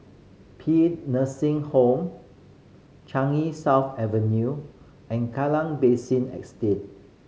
Paean Nursing Home Changi South Avenue and Kallang Basin Estate